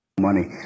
money